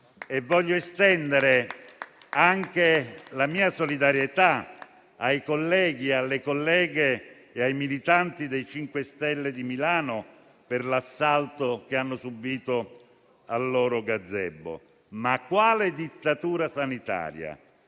Voglio estendere la mia solidarietà anche ai colleghi, alle colleghe e ai militanti dei 5 Stelle di Milano per l'assalto che hanno subito al loro *gazebo*. Ma quale dittatura sanitaria?